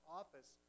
office